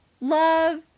love